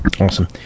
Awesome